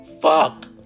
Fuck